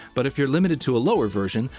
but if you're limited to a lower version,